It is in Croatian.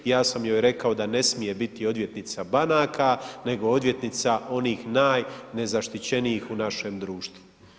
Ja sam joj rekao da ne smije biti odvjetnica banaka nego odvjetnica onih najnezaštićenijih u našem društvu.